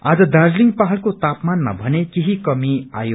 आज दार्जीलिङ पहाड़को तापमानमा भने केही कमी आयो